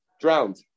drowned